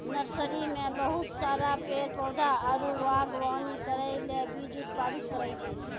nursery मे बहुत सारा पेड़ पौधा आरु वागवानी करै ले बीज उत्पादित करै छै